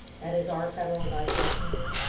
that is our federal advisory committee,